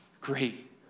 Great